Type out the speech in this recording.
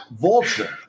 vulture